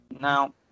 Now